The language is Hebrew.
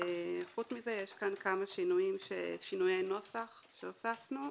חוץ מזה יש כאן כמה שינויי נוסח שהוספנו,